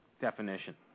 definition